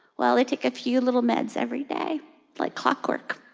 well, i take a few little meds every day like clockwork.